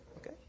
okay